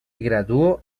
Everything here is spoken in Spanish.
graduó